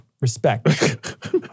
respect